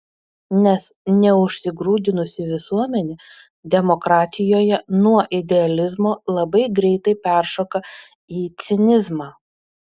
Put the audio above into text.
nes neužsigrūdinusi visuomenė demokratijoje nuo idealizmo labai greitai peršoka į cinizmą